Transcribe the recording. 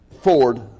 Ford